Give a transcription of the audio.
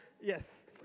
Yes